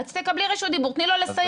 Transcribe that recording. אז תקבלי רשות דיבור, תני לו לסיים.